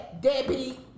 Debbie